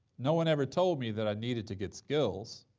no one ever told me that i needed to get skills,